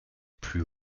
plus